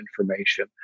information